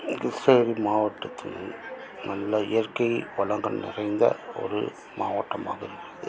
கிருஷ்ணகிரி மாவட்டத்தில் நல்லா இயற்கை வளங்கள் நிறைந்த ஒரு மாவட்டமாக இருக்கிறது